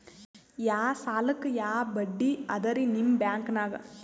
ಯಾ ಸಾಲಕ್ಕ ಯಾ ಬಡ್ಡಿ ಅದರಿ ನಿಮ್ಮ ಬ್ಯಾಂಕನಾಗ?